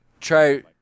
Try